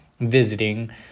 visiting